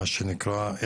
מה שנקרא,